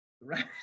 Right